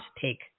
take